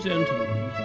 Gentlemen